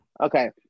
Okay